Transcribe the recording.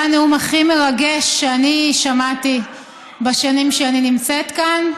הנאום הכי מרגש ששמעתי בשנים שאני נמצאת כאן.